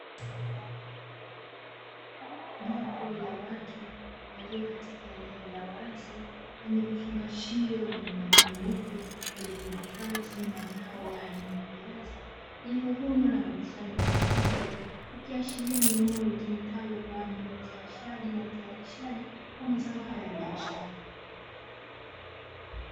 Jopo la watu walio katika eneo la wazi lenye vifungashio vyenye rangi nyeupe vilivyo hifadhi mazao aina ya viazi, vilivyo vunwa na kukusanywa kwa pamoja, ikiashiria ni eneo, litumikalo kwa ajili ya uzalishaji na utayarishaji wa mazao hayo ya biashara.